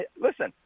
Listen